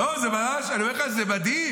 לא, זה ממש, אני אומר לך, זה מדהים.